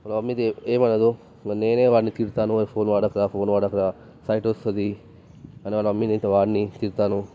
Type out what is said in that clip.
వాళ్ళ మమ్మీ ఏమీ అనదు నేను వాడినీ తిడతాను ఆ ఫోన్ వాడకురా ఆ ఫోన్ వాడకురా సైట్ వస్తుంది అని వాళ్ళ మమ్మీని వాడినీ తిడతాను